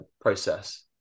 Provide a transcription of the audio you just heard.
process